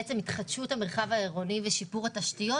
התחדשות המרחב העירוני ושיפור התשתיות.